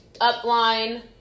upline